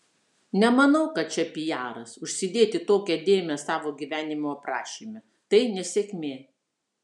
nemanau kad čia pijaras užsidėti tokią dėmę savo gyvenimo aprašyme tai nesėkmė